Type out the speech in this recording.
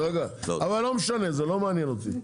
אבל לא משנה, לא מעניין אותי.